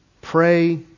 Pray